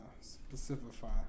specify